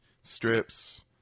Strips